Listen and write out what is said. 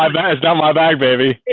um bad got my back, baby